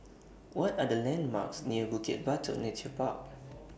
What Are The landmarks near Bukit Batok Nature Park